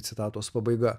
citatos pabaiga